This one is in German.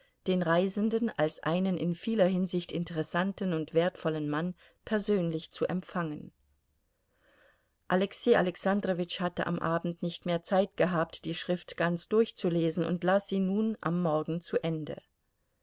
den reisenden als einen in vieler hinsicht interessanten und wertvollen mann persönlich zu empfangen alexei alexandrowitsch hatte am abend nicht mehr zeit gehabt die schrift ganz durchzulesen und las sie nun am morgen zu ende